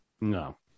no